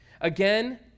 Again